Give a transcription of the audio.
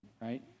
right